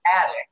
attic